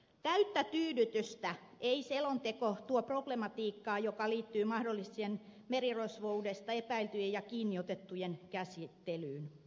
täyttä tyydytystä ei selonteko tuo problematiikkaan joka liittyy mahdolliseen merirosvoudesta epäiltyjen ja kiinniotettujen käsittelyyn